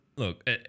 Look